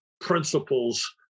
principles